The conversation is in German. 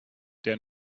der